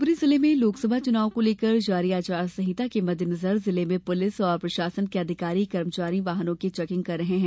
शिवपुरी जिले में लोकसभा चुनाव को लेकर जारी आचार संहिता के मद्देनजर जिले में पुलिस और प्रशासन के अधिकारी कर्मचारी वाहनों की चेकिंग कर रहे हैं